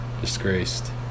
disgraced